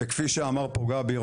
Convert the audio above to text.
וכפי שאמר פה גבי,